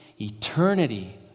eternity